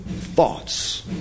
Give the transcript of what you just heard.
thoughts